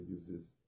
uses